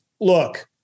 look